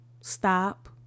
stop